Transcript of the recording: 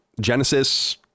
Genesis